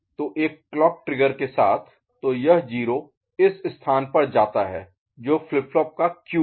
तो एक clock trigger के साथ तो यह 0 इस स्थान पर जाता हैं जो फ्लिप फ्लॉप का Q है